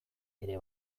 ere